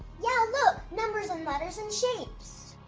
yeah look! numbers and letters and shapes!